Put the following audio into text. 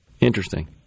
Interesting